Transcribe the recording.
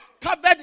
covered